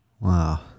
Wow